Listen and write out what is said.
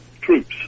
troops